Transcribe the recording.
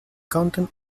content